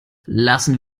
lassen